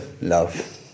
love